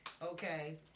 Okay